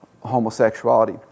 homosexuality